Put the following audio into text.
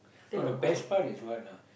no the best part is what lah